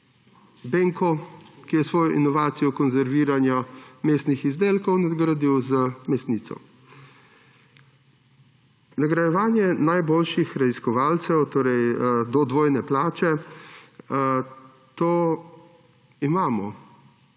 Benko, ki je svojo inovacijo konzerviranja mesnih izdelkov nadgradil z mesnico. Nagrajevanje najboljših raziskovalcev do dvojne plače – to imamo